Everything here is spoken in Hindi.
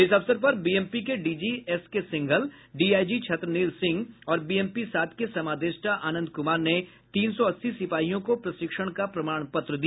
इस अवसर पर बीएमपी के DG SK Singhal DIG Chhatranil Singh और बीएमपी सात के समादेष्टा आनंद कुमार ने तीन सौ अस्सी सिपाहियों को प्रशिक्षण का प्रमाण पत्र दिया